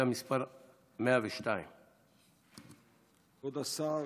שאילתה מס' 102. כבוד השר,